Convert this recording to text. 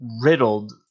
riddled